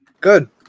Good